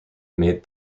made